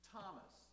Thomas